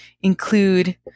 include